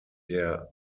der